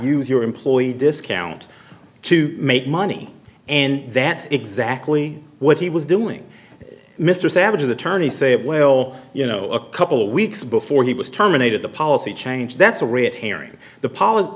use your employee discount to make money and that's exactly what he was doing mr savage of the tourney say it well you know a couple weeks before he was terminated the policy change that's a red herring the p